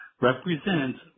represents